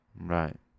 Right